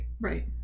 Right